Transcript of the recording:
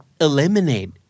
Eliminate